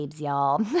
y'all